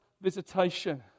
visitation